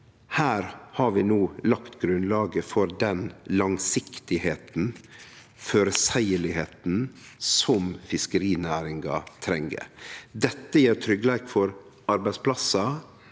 har vi lagt grunnlaget for den langsiktigheita og føreseielegheita som fiskerinæringa treng. Dette gjev tryggleik for arbeidsplassar